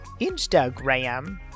Instagram